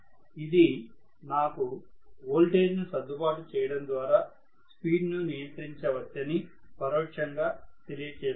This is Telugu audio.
ఇది నాకు ఓల్టేజ్ ను సర్దుబాటు చేయడం ద్వారా స్పీడ్ ను నియంత్రించవచ్చని పరోక్షంగా తెలియచేస్తుంది